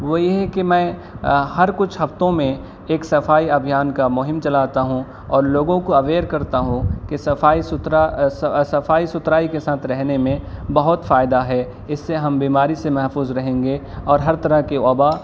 وہ یہ ہے کہ میں ہر کچھ ہفتوں میں ایک صفائی ابھیان کا مہم چلاتا ہوں اور لوگوں کو اویئر کرتا ہوں کہ صفائی ستھرا صفائی ستھرائی کے ساتھ رہنے میں بہت فائدہ ہے اس سے ہم بیماری سے محفوظ رہیں گے اور طرح کی وبا